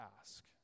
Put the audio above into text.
ask